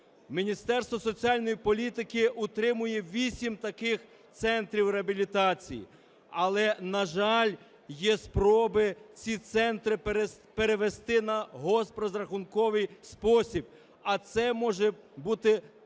Міністерство соціальної політики утримує вісім таких центрів реабілітації. Але, на жаль, є спроби ці центри перевести на госпрозрахунковий спосіб, а це може бути втрата